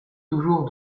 toujours